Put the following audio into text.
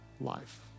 life